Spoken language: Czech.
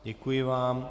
Děkuji vám.